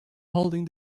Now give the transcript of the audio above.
holding